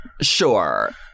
Sure